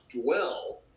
dwell